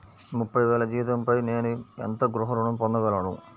ముప్పై వేల జీతంపై నేను ఎంత గృహ ఋణం పొందగలను?